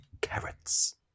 Carrots